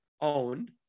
owned